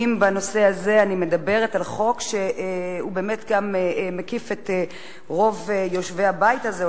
אני מדברת על חוק שבאמת מקיף את רוב יושבי הבית הזה,